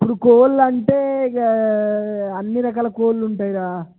ఇప్పుడు కోళ్లు అంటే ఇకఅన్ని రకాల కోళ్లు ఉంటాయి రా